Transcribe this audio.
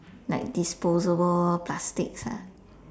like disposable plastics ah